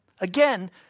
Again